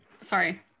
Sorry